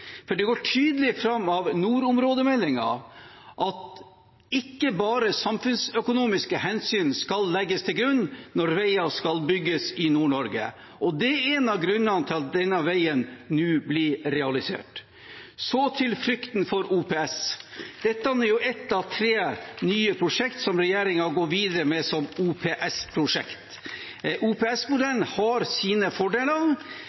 for det går tydelig fram av nordområdemeldingen at ikke bare samfunnsøkonomiske hensyn skal legges til grunn når veier skal bygges i Nord-Norge, og det er en av grunnene til at denne veien nå blir realisert. Til frykten for OPS: Dette er ett av tre nye prosjekter som regjeringen går videre med som OPS-prosjekt. OPS-modellen har sine fordeler.